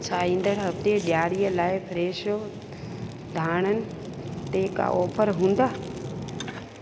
छा ईंदड़ हफ़्ते ॾियारीअ लाइ फ्रेशो धाणनि ते का ऑफर हूंदा